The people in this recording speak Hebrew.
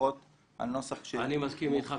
לפחות הנוסח שמופיע --- אני מסכים אתך,